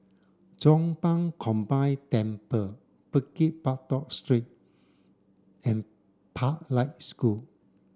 Chong Pang Combined Temple Bukit Batok Street and Pathlight School